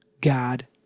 God